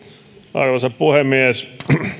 arvoisa puhemies